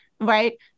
right